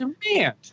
Demand